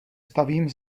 stavím